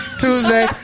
Tuesday